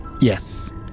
Yes